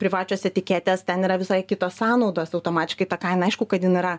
privačios etiketės ten yra visai kitos sąnaudos automatiškai ta kaina aišku kad jin yra